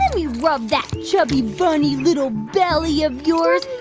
let me rub that chubby, bunny little belly of yours.